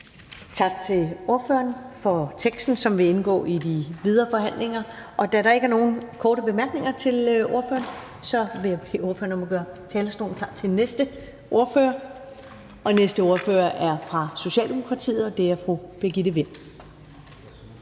til vedtagelse, som vil indgå i de videre forhandlinger. Da der ikke er nogen korte bemærkninger til ordføreren, vil jeg bede ordføreren om at gøre talerstolen klar til næste ordfører, som er fra Socialdemokratiet, og det er fru Birgitte Vind.